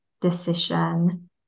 decision